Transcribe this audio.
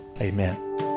amen